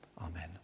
Amen